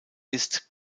ist